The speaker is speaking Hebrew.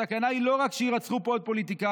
הסכנה היא לא רק שיירצחו פה עוד פוליטיקאים,